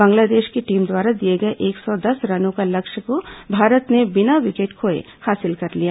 बांग्लादेश की टीम द्वारा दिए गए एक सौ दस रनों के लक्ष्य को भारत ने बिना विकेट खोए हासिल कर लिया